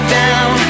down